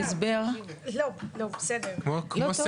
הסבר או השלמה לאמור בה.